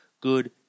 good